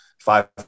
five